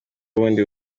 ubundi